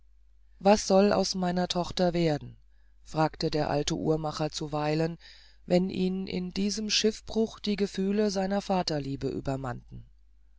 was soll aus meiner tochter werden fragte der alte uhrmacher zuweilen wenn ihn in diesem schiffbruch die gefühle seiner vaterliebe übermannten